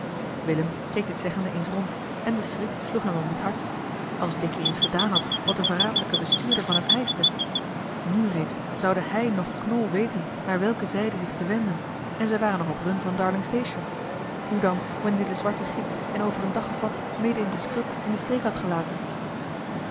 willem keek dit zeggende eens rond en de schrik sloeg hem om het hart als jacky eens gedaan had wat de verraderlijke bestuurder van hem eischte nu reeds zouden hij noch knol weten naar welke zijde zich te wenden en zij waren nog op run van darling station hoe dan wanneer de zwarte gids hen over een dag of wat midden in de scrub in den steek had gelaten